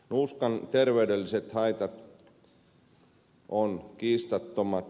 nuuskan terveydelliset haitat ovat kiistattomat